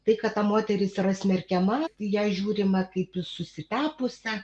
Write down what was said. tai kad ta moteris yra smerkiama į ją žiūrima kaip į susitepusią